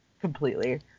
completely